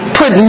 put